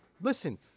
listen